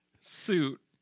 suit